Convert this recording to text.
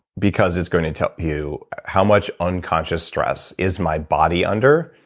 because it's going to tell you how much unconscious stress is my body under,